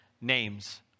Names